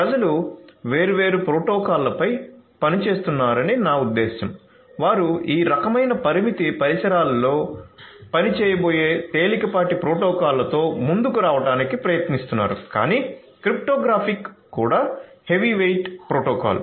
ప్రజలు వేర్వేరు ప్రోటోకాల్లపై పని చేస్తున్నారని నా ఉద్దేశ్యం వారు ఈ రకమైన పరిమితి పరిసరాలలో పని చేయబోయే తేలికపాటి ప్రోటోకాల్లతో ముందుకు రావడానికి ప్రయత్నిస్తున్నారు కాని క్రిప్టోగ్రాఫిక్ కూడా హెవీవెయిట్ ప్రోటోకాల్